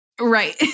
Right